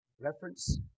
reference